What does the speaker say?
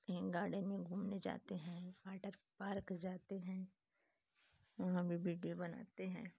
कहीं गार्डन में घूमने जाते हैं वाटर पार्क जाते हैं वहाँ भी बीडियो बनाते हैं